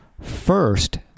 first